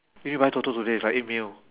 eh need to buy toto today it's like eight mil